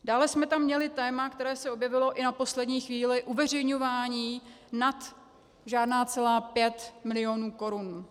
Dále jsme tam měli téma, které se objevilo i na poslední chvíli, uveřejňování nad 0,5 milionu korun.